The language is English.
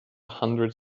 hundred